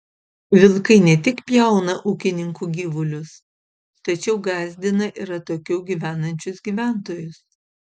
vilkai ne tik pjauna ūkininkų gyvulius tačiau gąsdina ir atokiau gyvenančius gyventojus